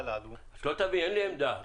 אין לי עמדה.